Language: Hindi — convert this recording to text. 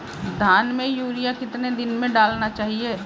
धान में यूरिया कितने दिन में डालना चाहिए?